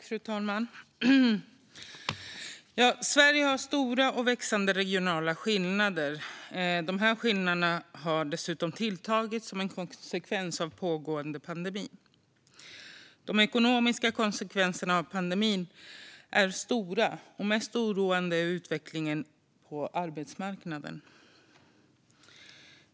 Fru talman! Sverige har stora och växande regionala skillnader. Dessa skillnader har dessutom tilltagit som en konsekvens av den pågående pandemin. De ekonomiska konsekvenserna av pandemin är stora, och mest oroande är utvecklingen på arbetsmarknaden.